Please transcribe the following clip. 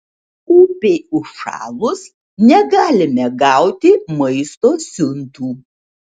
upei užšalus negalime gauti maisto siuntų